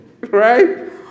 right